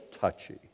touchy